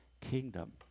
kingdom